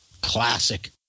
classic